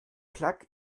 plug